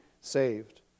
saved